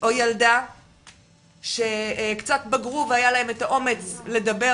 או ילדה שקצת בגרו והיה להם את האומץ לדבר